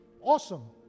Awesome